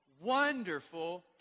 wonderful